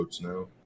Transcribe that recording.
now